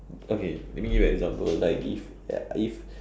okay let me give you an example like if uh if